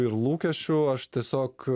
ir lūkesčių aš tiesiog